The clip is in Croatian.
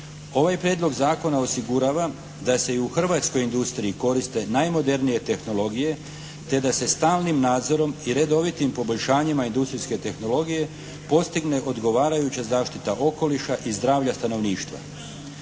Ovaj Prijedlog zakona osigurava da se i u hrvatskoj industriji koriste najmodernije tehnologije te da se stalnim nadzorom i redovitim poboljšanjima industrijske tehnologije postigne odgovarajuća zaštita okoliša i zdravlja stanovništva.